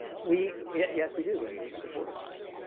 we we yes, we do, and we've supported this.